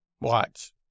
Watch